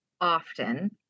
Often